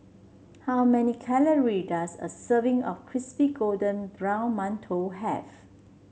how many calorie does a serving of Crispy Golden Brown Mantou have